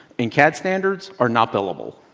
and cad standards are not billable,